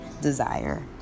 desire